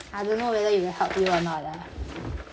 I don't know whether it will help you or not ah